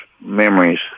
memories